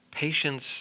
patients